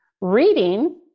Reading